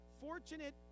fortunate